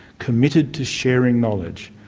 committed to sharing knowledge.